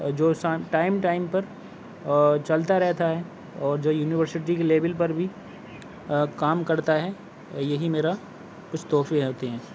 جو Shan time time پر چلتا رہتا ہے اور جو یونیورسٹی کے لیول پر بھی کام کرتا ہے یہی میرا کچھ تحفے ہوتے ہیں